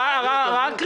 רגע.